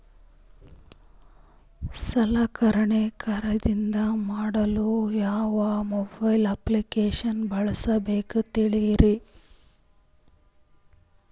ಸಲಕರಣೆ ಖರದಿದ ಮಾಡಲು ಯಾವ ಮೊಬೈಲ್ ಅಪ್ಲಿಕೇಶನ್ ಬಳಸಬೇಕ ತಿಲ್ಸರಿ?